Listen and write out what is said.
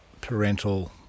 parental